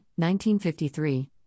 1953